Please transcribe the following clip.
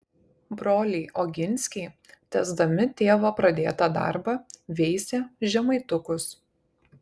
broliai oginskiai tęsdami tėvo pradėtą darbą veisė žemaitukus